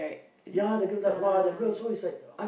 ya that girl died !wah! that girl also is like I